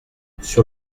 sur